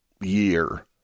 year